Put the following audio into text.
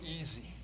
easy